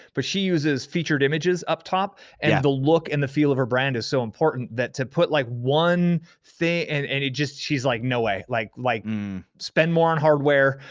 but she uses featured images up top and the look and the feel of her brand is so important that to put like one thing, and and it just, she's like no way. like like spend more on hardware,